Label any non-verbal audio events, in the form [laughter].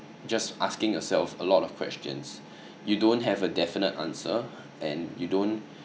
just asking yourself a lot of questions [breath] you don't have a definite answer and you don't